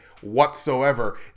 whatsoever